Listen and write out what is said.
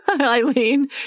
Eileen